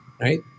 right